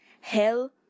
hell